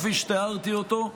כפי שתיארתי אותו.